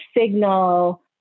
Signal